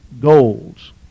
goals